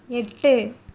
எட்டு